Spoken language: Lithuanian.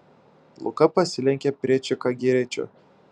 luka pasilenkė prie čikagiečio